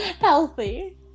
Healthy